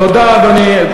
תודה, אדוני.